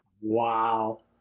Wow